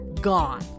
gone